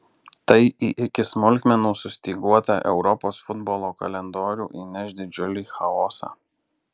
tai į iki smulkmenų sustyguotą europos futbolo kalendorių įneš didžiulį chaosą